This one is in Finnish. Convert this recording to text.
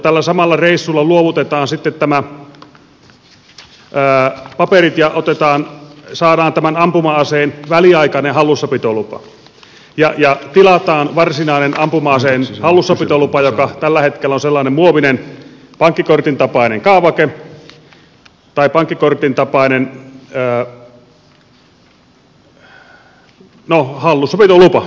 tällä samalla reissulla luovutetaan sitten paperit ja saadaan tämän ampuma aseen väliaikainen hallussapitolupa ja tilataan varsinainen ampuma aseen hallussapitolupa joka tällä hetkellä on sellainen muovinen pankkikortin tapainen kaavake tai pankkikortin tapainen no hallussapitolupa